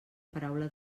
paraula